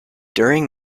during